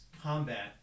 combat